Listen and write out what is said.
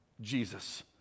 Jesus